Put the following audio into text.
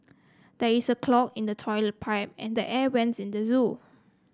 there is a clog in the toilet pipe and the air vents in the zoo